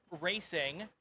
racing